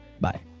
bye